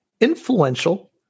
influential